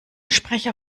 sprecher